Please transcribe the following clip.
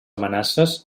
amenaces